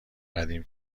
قدیم